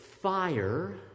fire